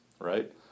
right